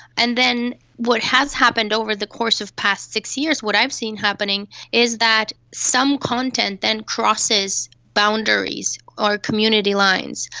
and then what has happened over the course of the past six years, what i've seen happening is that some content then crosses boundaries or community lines.